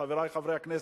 חברי חברי הכנסת,